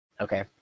okay